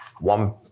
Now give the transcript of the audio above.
One